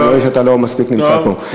כנראה אתה לא מספיק נמצא פה.